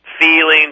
feelings